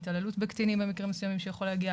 התעללות בקטינים במקרים מסוימים שיכולים להגיע,